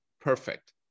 perfect